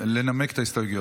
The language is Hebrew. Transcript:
לנמק את ההסתייגויות.